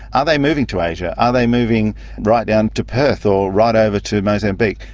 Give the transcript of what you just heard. are they moving to asia? are they moving right down to perth or right over to mozambique?